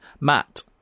matt